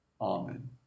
Amen